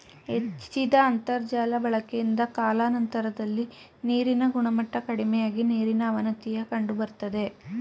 ಹೆಚ್ಚಿದ ಅಂತರ್ಜಾಲ ಬಳಕೆಯಿಂದ ಕಾಲಾನಂತರದಲ್ಲಿ ನೀರಿನ ಗುಣಮಟ್ಟ ಕಡಿಮೆಯಾಗಿ ನೀರಿನ ಅವನತಿಯ ಕಂಡುಬರ್ತದೆ